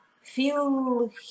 feel